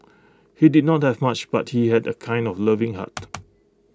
he did not have much but he had A kind of loving heart